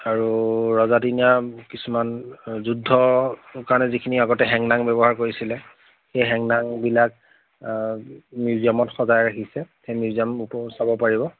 আৰু ৰজাদিনীয়া কিছুমান যুদ্ধ কাৰণে যিখিনি আগতে হেংদাং ব্যৱহাৰ কৰিছিলে সেই হেংদাংবিলাক মিউজিয়ামত সজাই ৰাখিছে সেই মিউজিয়ামটো চাব পাৰিব